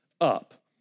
up